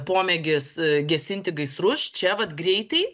pomėgis gesinti gaisrus čia vat greitai